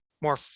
more